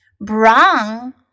Brown